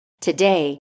Today